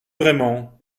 vraiment